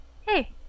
hey